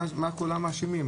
מה כולם מאשימים,